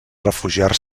refugiar